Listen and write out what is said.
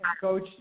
Coach